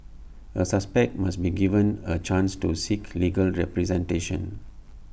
A suspect must be given A chance to seek legal representation